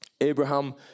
Abraham